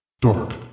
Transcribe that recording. Dark